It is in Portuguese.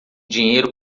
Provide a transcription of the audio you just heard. dinheiro